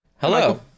Hello